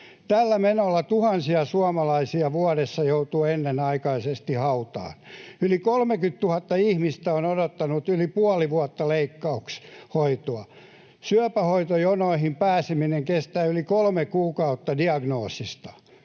Tällä menolla tuhansia suomalaisia vuodessa joutuu ennenaikaisesti hautaan. Yli 30 000 ihmistä on odottanut yli puoli vuotta leikkaushoitoa. Syöpähoitojonoihin pääseminen kestää yli kolme kuukautta diagnoosista.